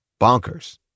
bonkers